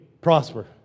Prosper